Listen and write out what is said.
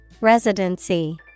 Residency